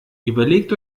überlegt